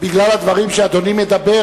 בגלל הדברים שאדוני מדבר,